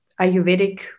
Ayurvedic